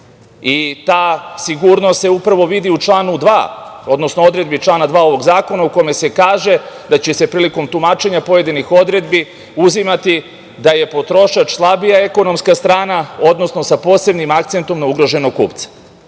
i ta sigurnost se upravo vidi u članu 2, odnosno odredbi člana 2. ovog zakona u kome se kaže da će se prilikom tumačenja pojedinih odredbi uzimati da je potrošač slabija ekonomska strana, odnosno sa posebnim akcentom na ugroženog kupca. Kada